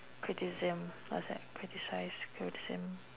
criticism what's that criticise criticism